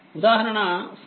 ఉదాహరణ 4